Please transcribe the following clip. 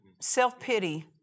self-pity